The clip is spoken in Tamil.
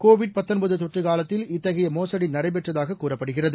கோவிட் தொற்றுகாலத்தில் இத்தகையமோசுடிநடைபெற்றதாககூறப்படுகிறது